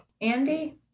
Andy